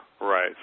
Right